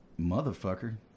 Motherfucker